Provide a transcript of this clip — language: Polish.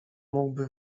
mógłby